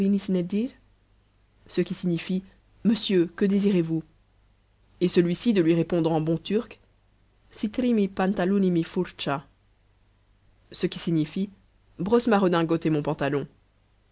ce qui signifie monsieur que désirez-vous et celui-ci de lui répondre en bon turc sitrimi pantalounymi fourtcha ce qui signifie brosse ma redingote et mon pantalon